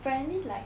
apparently like